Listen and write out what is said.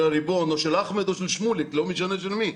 של הריבון או של אחמד או של שמוליק ולא משנה של מי.